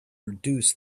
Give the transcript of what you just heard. reduce